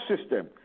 system